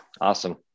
Awesome